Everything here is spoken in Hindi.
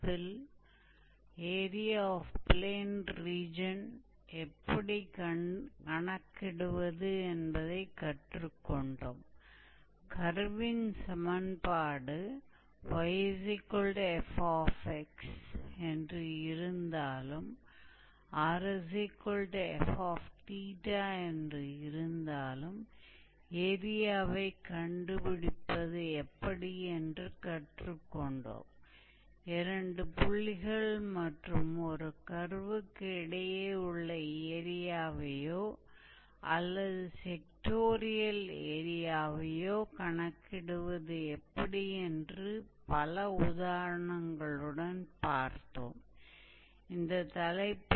तो अंतिम कक्षा में हमने प्लैन रीज़न के एरिया की अवधारणाओं को देखा जहां हमने समीकरण 𝑦𝑓𝑥 or 𝑟𝑓𝜃 द्वारा दिए गए कर्व के एरिया की गणना की जिसका मतलब है या तो हमने एक कर्व और दो बिंदुओं के बीच बौंडेड एरिया की गणना की है या जहां सेक्सनल एरिया दिया था हमने कई उदाहरणों पर भी काम किया